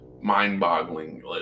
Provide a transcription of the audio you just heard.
mind-boggling